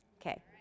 okay